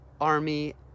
army